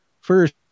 First